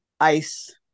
ice